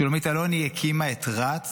שולמית אלוני הקימה את רצ